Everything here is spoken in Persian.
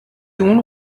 اون